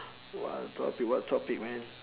what topic what topic man